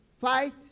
Fight